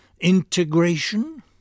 Integration